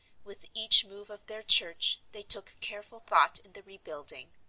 with each move of their church they took careful thought in the rebuilding.